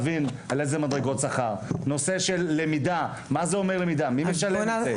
מדרגות שכר ולמידה - מהי ומי משלם עליה?